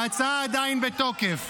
ההצעה עדיין בתוקף.